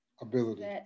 ability